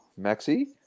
Maxi